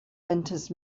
enters